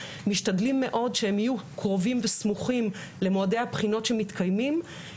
משתדלים מאוד שהם יהיו קרובים וסמוכים למועדי הבחינות שמתקיימות.